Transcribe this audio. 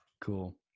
cool